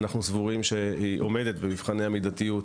אנחנו סבורים שהיא עומדת במבחני המידתיות